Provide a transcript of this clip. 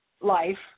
life